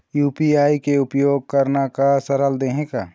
UPI के उपयोग करना का सरल देहें का?